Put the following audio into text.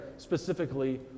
specifically